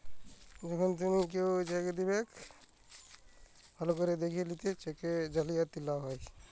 যখল তুমাকে কেও চ্যাক দিবেক ভাল্য ক্যরে দ্যাখে লিবে যাতে চ্যাক জালিয়াতি লা হ্যয়